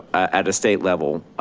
at a state level